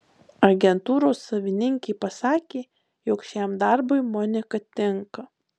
agentūros savininkė pasakė jog šiam darbui monika tinka